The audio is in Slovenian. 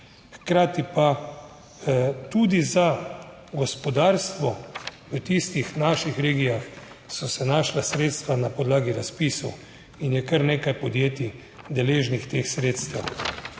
hkrati pa tudi za gospodarstvo v tistih naših regijah so se našla sredstva na podlagi razpisov in je kar nekaj podjetij deležnih teh sredstev.